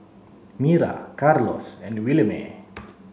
Myra Carlos and Williemae